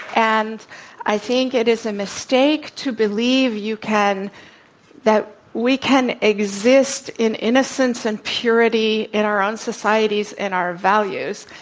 and i think it is a mistake to believe you can that we can exist in innocence and purity in our own societies in our values.